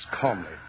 calmly